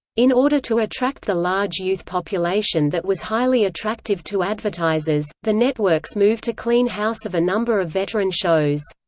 in order to attract the large youth population that was highly attractive to advertisers, the networks moved to clean house of a number of veteran shows.